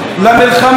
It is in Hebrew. למלחמה,